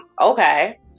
Okay